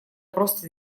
просто